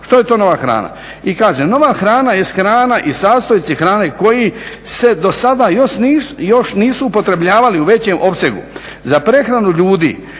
Što je to nova hrana? I kaže, nova hrana jest hrana i sastojci hrane koji se do sada još nisu upotrjebljavali u većem opsegu za prehranu ljudi